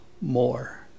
more